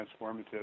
transformative